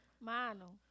Mano